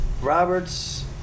robert's